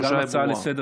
התחושה ברורה.